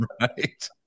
Right